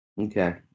Okay